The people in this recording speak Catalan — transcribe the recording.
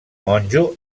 monjo